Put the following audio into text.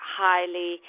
highly